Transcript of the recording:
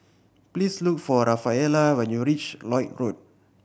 please look for Rafaela when you reach Lloyd Road